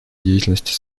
деятельности